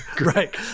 Right